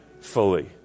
fully